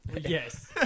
Yes